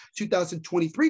2023